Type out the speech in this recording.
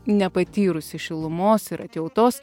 nepatyrusi šilumos ir atjautos